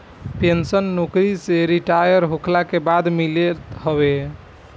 pension नोकरी से retire होखला के बाद मिलत हवे